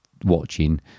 watching